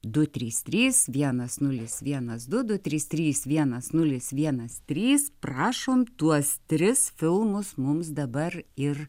du trys trys vienas nulis vienas du du trys trys vienas nulis vienas trys prašom tuos tris filmus mums dabar ir